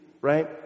right